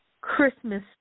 Christmas